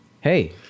Hey